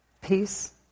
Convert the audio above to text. peace